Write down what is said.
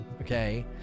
Okay